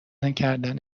نکردن